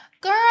Girl